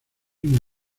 una